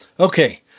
Okay